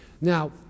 Now